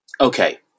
Okay